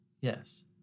Yes